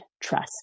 trust